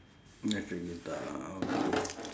electric guitar okay